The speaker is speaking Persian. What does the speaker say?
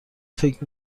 فکر